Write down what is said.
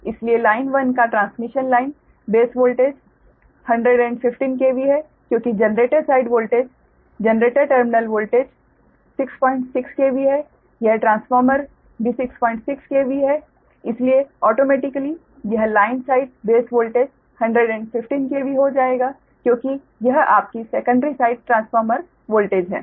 इसलिए लाइन 1 का transmission line base voltage 115 KV है क्योंकि generator side voltage generator terminal voltage 66 KV है यह ट्रांसफार्मर भी 66 KV है इसलिए ऑटोमेटिकली यह line side base voltage 115 KV हो जाएगा क्योंकि यह आपकी सेकंडरी साइड ट्रांसफॉर्मर वोल्टेज है